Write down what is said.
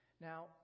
Now